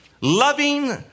Loving